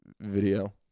video